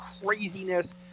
craziness